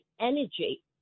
energy